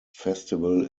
festival